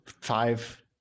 five